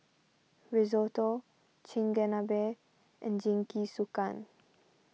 Risotto Chigenabe and Jingisukan